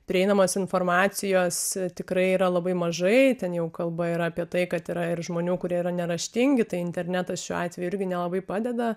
prieinamos informacijos tikrai yra labai mažai ten jau kalba yra apie tai kad yra ir žmonių kurie yra neraštingi tai internetas šiuo atveju irgi nelabai padeda